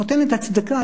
נותנת הצדקה,